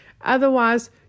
Otherwise